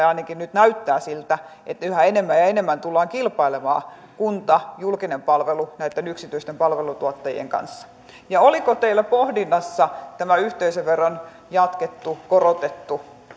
ainakin nyt näyttää siltä että yhä enemmän ja enemmän tulee kilpailemaan kunta julkinen palvelu näitten yksityisten palvelutuottajien kanssa ja oliko teillä pohdinnassa tämä yhteisöveron jatkettu korotettu